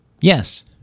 Yes